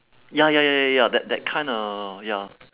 ya ya ya ya ya that that kinda ya